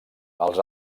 els